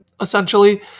essentially